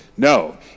No